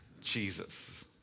Jesus